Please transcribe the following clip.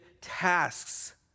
tasks